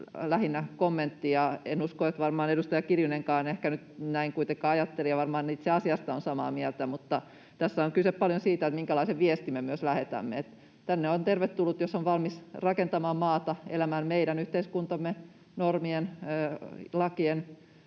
lähinnä kommentti. En usko, että edustaja Kiljunenkaan ehkä nyt näin kuitenkaan ajatteli, ja varmaan itse asiasta on samaa mieltä, mutta tässä on paljon kyse myös siitä, minkälaisen viestin me lähetämme: tänne on tervetullut, jos on valmis rakentamaan maata, elämään meidän yhteiskuntamme normien, lakien,